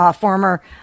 former